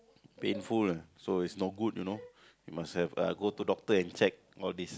painful ah so it's no good you know you must have uh go to doctor and check all this